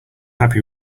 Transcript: happy